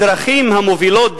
הדרכים המובילות,